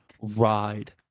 ride